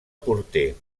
porter